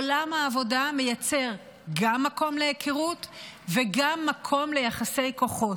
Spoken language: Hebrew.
עולם העבודה מייצר גם מקום להיכרות וגם מקום ליחסי כוחות.